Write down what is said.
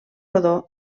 rodó